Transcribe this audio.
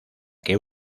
que